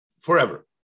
forever